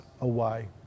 away